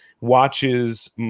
watches